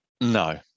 no